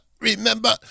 remember